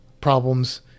problems